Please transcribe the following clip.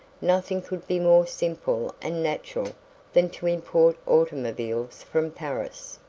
nothing could be more simple and natural than to import automobiles from paris.